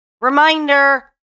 reminder